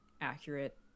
accurate